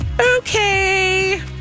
Okay